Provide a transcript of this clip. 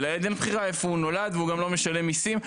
ולילד אין בחירה איפה הוא נולד והוא גם לא משלם מיסים,